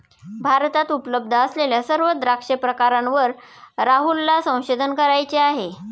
भारतात उपलब्ध असलेल्या सर्व द्राक्ष प्रकारांवर राहुलला संशोधन करायचे आहे